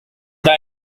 the